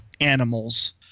animals